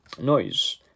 Noise